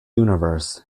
universe